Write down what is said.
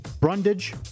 Brundage